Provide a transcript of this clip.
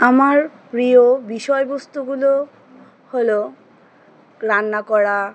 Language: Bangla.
আমার প্রিয় বিষয়বস্তুগুলো হলো রান্না করা